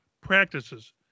practices